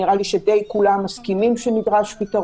ישוחח עם בנק ישראל ונראה לי שכולם די מסכימים שנדרש פתרון